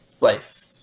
life